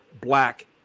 black